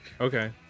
okay